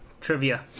Trivia